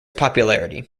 popularity